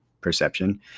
perception